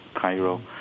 cairo